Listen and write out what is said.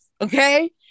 Okay